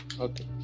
Okay